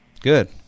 Good